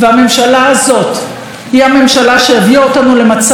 והממשלה הזאת היא הממשלה שהביאה אותנו למצב